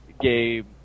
game